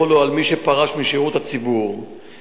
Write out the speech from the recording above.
ההגבלות לפי החוק המוצע יחולו על מי שפרש משירות הציבור וכיהן